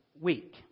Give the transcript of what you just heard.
week